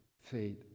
faith